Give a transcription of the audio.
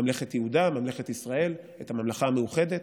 ממלכת יהודה, ממלכת ישראל או את הממלכה המאוחדת?